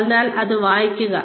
അതിനാൽ ഇത് വായിക്കുക